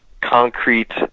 concrete